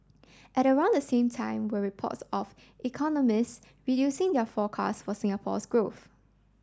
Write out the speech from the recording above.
at around the same time were reports of economists reducing their forecast for Singapore's growth